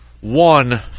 one